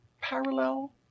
parallel